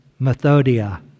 methodia